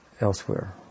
elsewhere